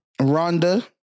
Rhonda